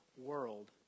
world